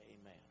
Amen